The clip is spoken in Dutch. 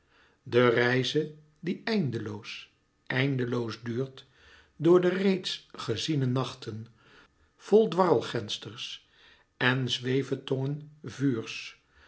de reize die eindeloos eindeloos duurt door de reeds geziene nachten vol dwarrelgensters en zwevetongen vuurs